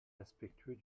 respectueux